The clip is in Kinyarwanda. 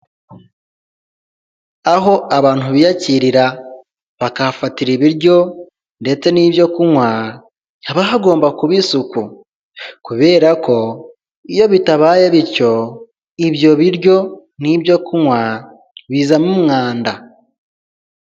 Aho abantu biyakirira bakahafatira ibiryo ndetse nibyo kunywa haba hagomba kuba isuku kubera ko iyo bitabaye bityo ibyo biryo nibyo kunywa bizamo umwanda.